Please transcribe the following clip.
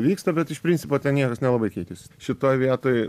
vyksta bet iš principo ten niekas nelabai keitėsi šitoj vietoj